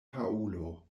paŭlo